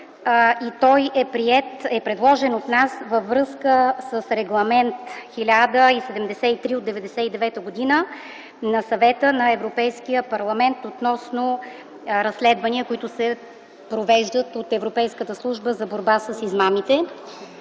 той е предложен от нас във връзка с Регламент № 1073/1999 на Съвета на Европейския парламент относно разследвания, които се провеждат от Европейската служба за борба с измамите.